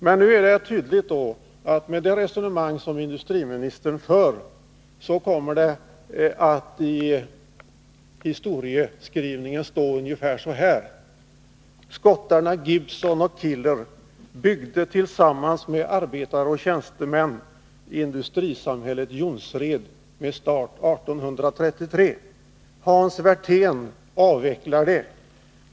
Men nu är det tydligt, med det resonemang som industriministern fört, att det i historieskrivningen kommer att stå ungefär så här: Skottarna Gibson och Keiller byggde tillsammans med arbetare och tjänstemän industrisamhället Jonsered med start 1833. Hans Werthén avvecklade det.